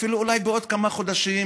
אפילו אולי בעוד כמה חודשים,